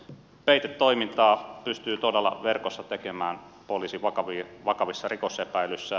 peitetoimintaa pystyy todella verkossa tekemään poliisi vakavissa rikosepäilyissä